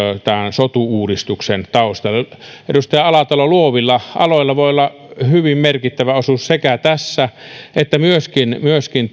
sotu uudistuksen taustalle edustaja alatalo luovilla aloilla voi olla hyvin merkittävä osuus tässä ja myöskin